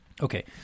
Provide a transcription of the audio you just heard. Okay